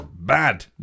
Bad